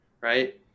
right